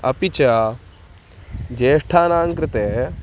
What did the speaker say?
अपि च ज्येष्ठानां कृते